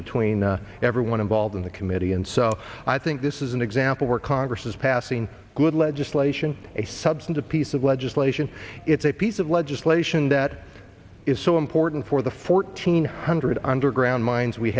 between everyone involved in the committee and so i think this is an example where congress is passing good legislation a substantive piece of legislation it's a piece of legislation that is so important for the fourteen hundred underground mines we